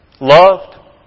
Loved